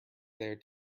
there